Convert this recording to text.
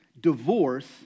divorce